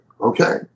Okay